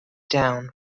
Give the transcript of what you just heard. down